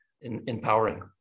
empowering